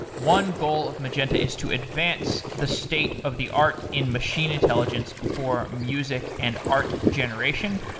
one goal of magenta is to advance the state of the art in machine intelligence for music and art generation.